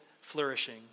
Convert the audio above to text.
flourishing